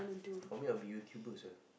for me I'll be YouTuber sia